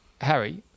Harry